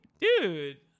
Dude